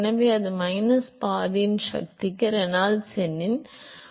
எனவே அது மைனஸ் பாதியின் சக்திக்கு ரெனால்ட்ஸ் எண்ணில் 0